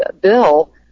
bill